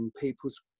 people's